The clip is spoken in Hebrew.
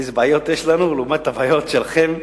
איזה בעיות יש לנו לעומת הבעיות שלכם,